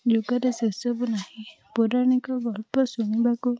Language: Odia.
ଯୁଗରେ ସେସବୁ ନାହିଁ ପୌରାଣିକ ଗଳ୍ପ ଶୁଣିବାକୁ